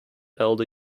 elder